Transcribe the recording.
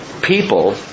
people